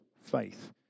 faith